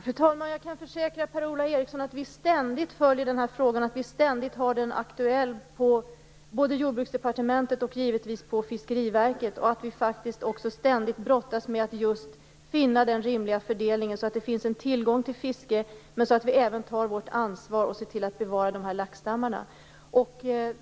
Fru talman! Jag kan försäkra Per-Ola Eriksson att vi ständigt följer frågan och ständigt har den aktuell både på Jordbruksdepartementet och på Fiskeriverket. Vi brottas faktiskt ständigt med frågan att finna den rimliga fördelningen så att det finns tillgång till fiske och så att vi tar vårt ansvar och ser till att bevara laxstammarna.